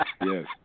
Yes